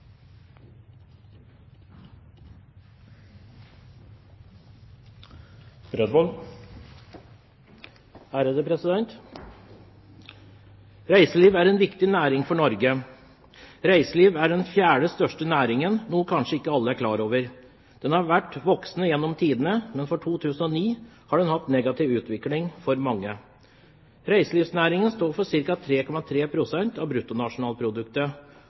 1 ferdig. Reiseliv er en viktig næring for Norge. Reiseliv er den fjerde største næringen, noe kanskje ikke alle er klar over. Den har vært voksende gjennom tidene, men for 2009 har den hatt en negativ utvikling for mange. Reiselivsnæringen står for ca. 3,3 pst. av bruttonasjonalproduktet